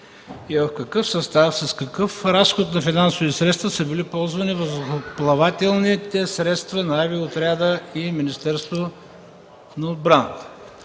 в какъв състав, с какъв разход на финансови средства са били ползвани въздухоплавателните средства на авиоотряда и Министерството на отбраната